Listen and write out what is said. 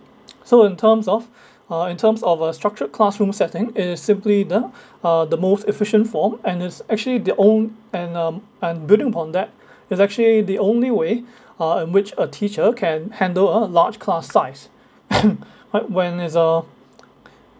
so in terms of uh in terms of a structured classroom setting it is simply the uh the most efficient form and it's actually the on~ and um and building upon that it's actually the only way uh in which a teacher can handle a large class size right when there's a